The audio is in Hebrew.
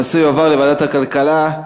הנושא יועבר לוועדת הכלכלה.